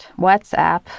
WhatsApp